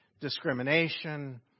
discrimination